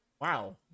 wow